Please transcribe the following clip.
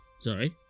Sorry